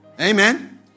Amen